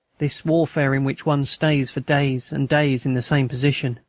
this warfare in which one stays for days and days in the same position,